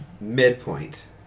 midpoint